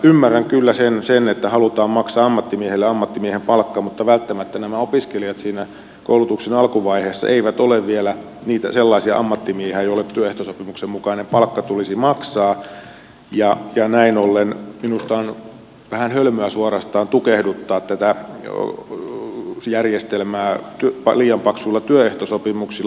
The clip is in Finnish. ymmärrän kyllä sen että halutaan maksaa ammattimiehelle ammattimiehen palkka mutta välttämättä nämä opiskelijat siinä koulutuksen alkuvaiheessa eivät ole vielä niitä sellaisia ammattimiehiä joille työehtosopimuksen mukainen palkka tulisi maksaa ja näin ollen minusta on vähän hölmöä suorastaan tukehduttaa tätä järjestelmää liian paksuilla työehtosopimuksilla